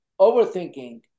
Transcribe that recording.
overthinking